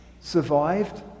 survived